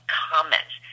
comments